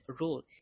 role